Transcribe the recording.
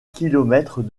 kilomètres